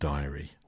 Diary